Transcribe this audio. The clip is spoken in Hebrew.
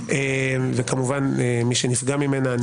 וכמובן מי שנפגע ממנה,